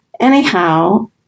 Anyhow